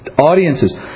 audiences